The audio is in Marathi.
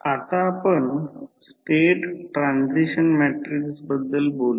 आता आपण स्टेट ट्रान्सिशन मॅट्रिक्स बद्दल बोलूया